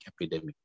epidemic